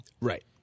Right